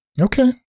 Okay